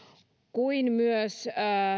kuin myös